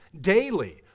daily